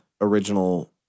original